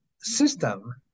system